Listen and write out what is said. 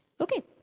Okay